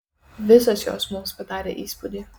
visos jos mums padarė įspūdį